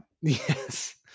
yes